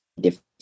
different